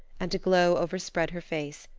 and a glow overspread her face,